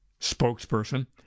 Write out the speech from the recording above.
spokesperson